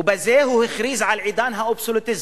ובזה הוא הכריז על עידן האבסולוטיזם.